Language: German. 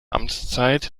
amtszeit